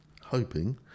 hoping